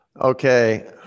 Okay